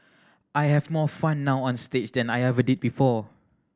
I have more fun now on stage than I ever did before